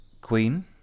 queen